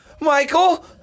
Michael